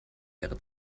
wäre